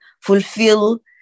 fulfill